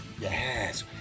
Yes